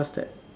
what's that